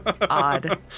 Odd